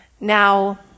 Now